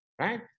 Right